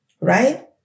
right